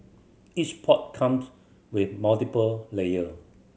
each pot comes with multiple layer